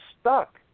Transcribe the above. stuck